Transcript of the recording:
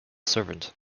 servant